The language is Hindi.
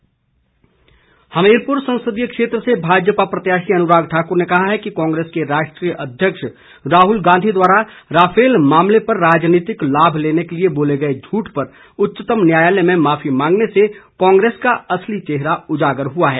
अनुराग ठाकुर हमीरपुर संसदीय क्षेत्र से भाजपा प्रत्याशी अनुराग ठाकुर ने कहा कि कांग्रेस के राष्ट्रीय अध्यक्ष राहुल गांधी द्वारा राफेल मामले पर राजनीतिक लाभ लेने के लिए बोले गए झूठ पर उच्चतम न्यायालय में माफी मांगने से कांग्रेस का असली चेहरा उजागर हुआ है